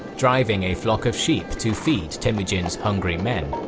driving a flock of sheep to feed temujin's hungry men.